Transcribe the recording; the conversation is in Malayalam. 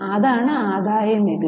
അതാണ് ആദായനികുതി